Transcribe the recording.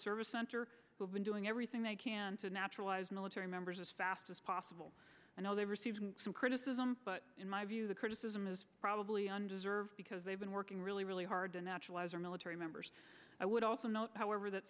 service center who've been doing everything they can to naturalize military members as fast as possible and they receive some criticism but in my view the criticism is probably undeserved because they've been working really really hard to naturalize our military members i would also note however that